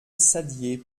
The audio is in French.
saddier